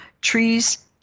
Trees